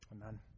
Amen